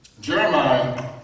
Jeremiah